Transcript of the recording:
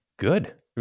Good